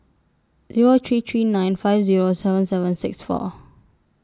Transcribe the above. Zero three three nine five Zero seven seven six four